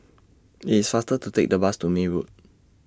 IT IS faster to Take The Bus to May Road